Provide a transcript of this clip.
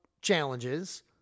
challenges